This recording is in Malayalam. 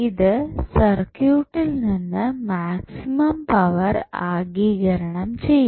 ഇത് സർക്യൂട്ടിൽ നിന്ന് മാക്സിമം പവർ ആഗിരണം ചെയ്യും